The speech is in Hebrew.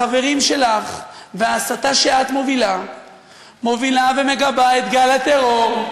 החברים שלך וההסתה שאת מובילה מובילים ומגבים את גל הטרור.